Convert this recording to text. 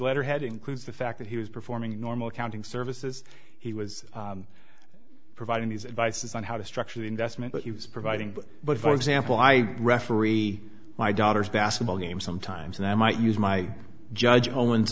letterhead includes the fact that he was performing normal accounting services he was providing his advice on how to structure the investment but he was providing but for example i referee my daughter's basketball game sometimes and i might use my judge